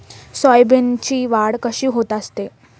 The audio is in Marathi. सोयाबीनची वाढ कशी होत असते?